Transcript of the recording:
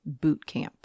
bootcamp